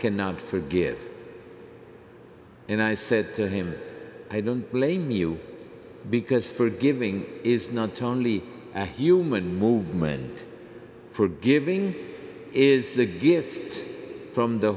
cannot forgive and i said to him i don't blame you because forgiving is not only a human movement forgiving is a gift from the